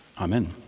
amen